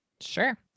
sure